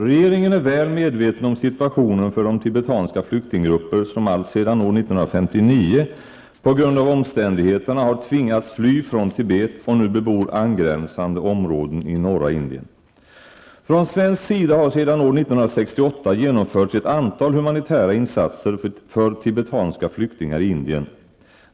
Regeringen är väl medveten om situationen för de tibetanska flyktinggrupper som alltsedan 1959, på grund av omständigheterna, har tvingats fly från Tibet och nu bebor angränsande områden i norra Från svensk sida har sedan år 1968 genomförts ett antal humanitära insatser för tibetanska flyktingar i Indien.